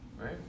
right